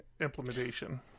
implementation